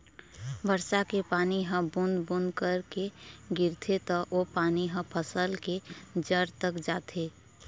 बरसा के पानी ह बूंद बूंद करके गिरथे त ओ पानी ह फसल के जर तक जाथे